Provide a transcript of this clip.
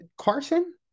Carson